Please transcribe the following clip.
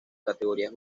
categorías